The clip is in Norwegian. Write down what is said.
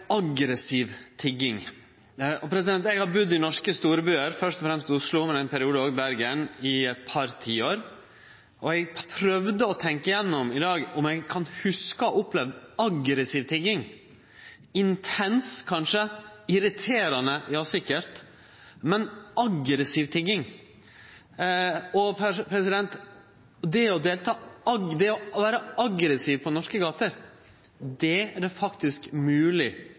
«aggressiv tigging». Eg har budd i norske storbyar i et par tiår – først og fremst Oslo, men òg ein periode i Bergen – og eg prøvde i dag å tenkje igjennom om eg kan hugse å ha opplevd aggressiv tigging. Intens, kanskje – irriterande, ja, sikkert, men aggressiv tigging? Det å vere aggressiv på norske gater er det faktisk